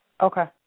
Okay